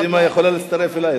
קדימה יכולה להצטרף אלי,